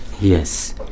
yes